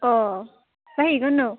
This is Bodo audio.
अ जाहैगोन औ